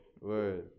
Word